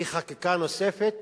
היא חקיקה נוספת